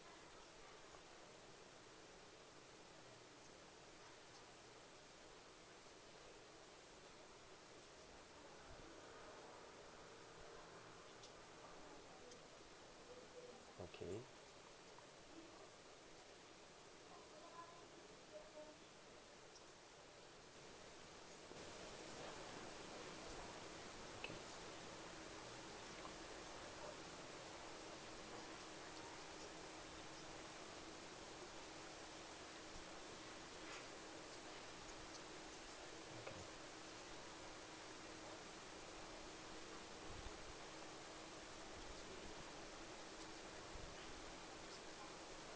okay okay okay